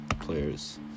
players